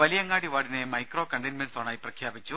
വലിയങ്ങാടി വാർഡിനെ micro containment സോണായി പ്രഖ്യാപിച്ചു